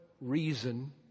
reason